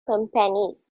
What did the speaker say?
companies